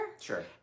Sure